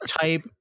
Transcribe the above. type